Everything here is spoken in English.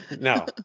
No